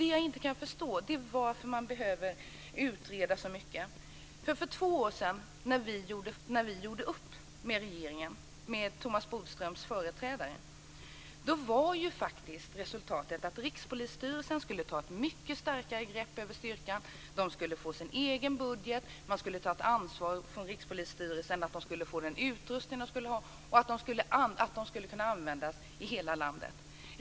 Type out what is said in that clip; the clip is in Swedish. Det jag inte kan förstå är varför man behöver utreda så mycket. När vi för två år sedan gjorde upp med regeringen, med Thomas Bodströms företrädare, var resultatet faktiskt att Rikspolisstyrelsen skulle ta ett mycket starkare grepp om styrkan. Den skulle få sin egen budget. Rikspolisstyrelsen skulle ansvara för att styrkan skulle få den utrustning som den skulle ha och för att den skulle kunna användas i hela landet.